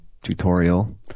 tutorial